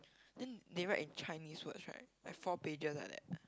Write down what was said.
then they write in Chinese words right like four pages like that